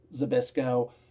Zabisco